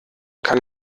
kann